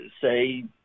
say